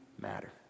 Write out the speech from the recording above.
matter